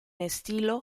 estilo